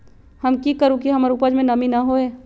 हम की करू की हमर उपज में नमी न होए?